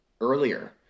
earlier